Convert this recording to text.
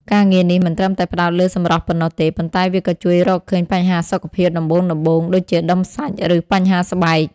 ការងារនេះមិនត្រឹមតែផ្ដោតលើសម្រស់ប៉ុណ្ណោះទេ ប៉ុន្តែវាក៏ជួយរកឃើញបញ្ហាសុខភាពដំបូងៗ ដូចជាដុំសាច់ ឬបញ្ហាស្បែក។